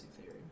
theory